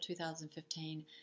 2015